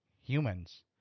humans